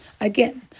Again